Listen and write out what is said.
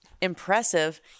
Impressive